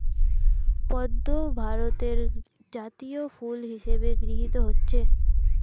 পদ্ম ভারতের জাতীয় ফুল হিসেবে গৃহীত হয়েছে